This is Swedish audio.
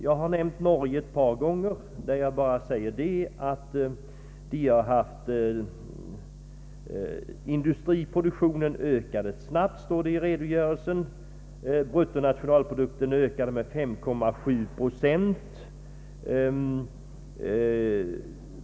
Jag har nämnt Norge ett par gånger. I Norge ökade industriproduktionen snabbt, står det i redogörelsen. Bruttonationalprodukten ökade med 5,7 procent.